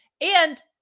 And-